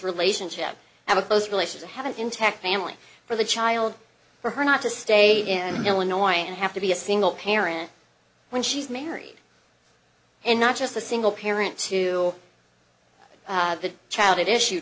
relationship have a close relationship have an intact family for the child for her not to stay in illinois and have to be a single parent when she's married and not just a single parent to have the child at issue